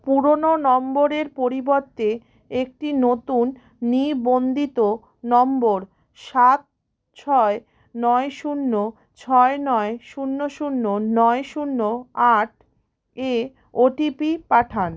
পুরোনো নম্বরের পরিবর্তে একটি নতুন নিবন্ধিত নম্বর সাত ছয় নয় শূন্য ছয় নয় শূন্য শূন্য নয় শূন্য আট এ ওটিপি পাঠান